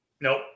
Nope